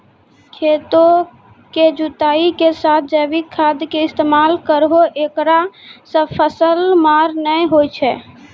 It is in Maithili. खेतों के जुताई के साथ जैविक खाद के इस्तेमाल करहो ऐकरा से फसल मार नैय होय छै?